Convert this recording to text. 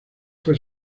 fue